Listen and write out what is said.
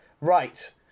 Right